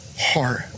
heart